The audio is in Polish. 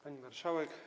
Pani Marszałek!